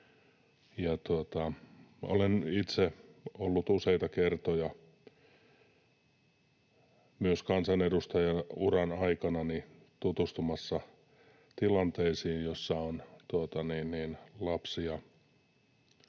Olen itse ollut useita kertoja myös kansanedustajaurani aikana tutustumassa tilanteisiin, joissa on lapsia